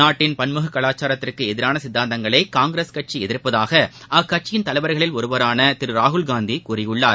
நாட்டின் பன்முக கலாச்சாரத்திற்கு எதிரான சித்தாந்தங்களை காங்கிரஸ் கட்சி எதிர்ப்பதாக அக்கட்சியின் தலைவர்களில் ஒருவரான திரு ராகுல்காந்தி கூறியிருக்கிறார்